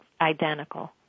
identical